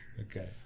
okay